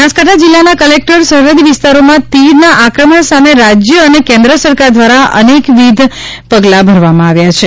બનાસકાંઠા જીલ્લાના કેટલાક સરહદી વિસ્તારોમાં તીડના આક્રમણ સામે રાજય અને કેન્દ્ર સરકાર દ્વારા અનેકવિધ પગલાં ભરવામાં આવ્યાં છે